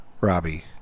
Robbie